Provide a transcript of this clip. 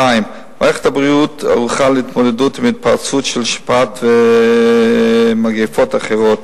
2. מערכת הבריאות ערוכה להתמודדות עם התפרצות של שפעת ומגפות אחרות.